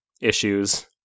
issues